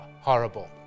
horrible